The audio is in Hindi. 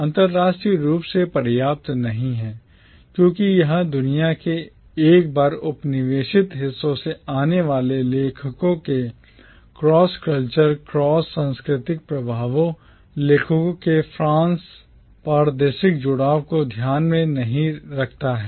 अंतर्राष्ट्रीय रूप से पर्याप्त नहीं है क्योंकि यह दुनिया के एक बार उपनिवेशित हिस्सों से आने वाले लेखकों के cross cultural क्रॉस सांस्कृतिक प्रभावों और लेखकों के क्रॉस प्रादेशिक जुड़ाव को ध्यान में नहीं रखता है